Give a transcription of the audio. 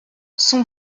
son